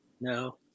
No